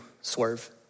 swerve